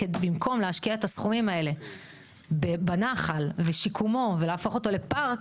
במקום להשקיע את הסכומים האלה בנחל ושיקומו ולהפוך אותו לפארק